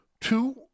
two